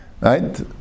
Right